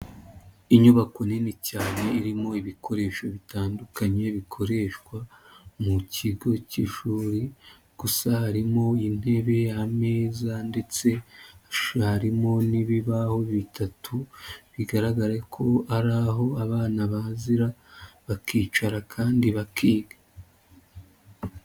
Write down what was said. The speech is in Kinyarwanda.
Inyubako nini cyane irimo ibikoresho bitandukanye bikoreshwa mu kigo cy'ishuri gusa harimo intebe ameza ndetse harimo n'ibibaho bitatu bigaragara ko ari aho abana bagira bakicara kandi bakiga.